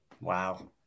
Wow